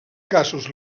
casos